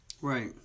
right